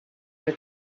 your